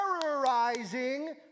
terrorizing